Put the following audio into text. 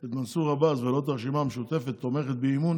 את מנסור עבאס ולא את הרשימה המשותפת תומכים באי-אמון